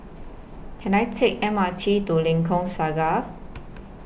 Can I Take M R T to Lengkok Saga